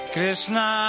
Krishna